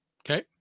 okay